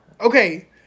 okay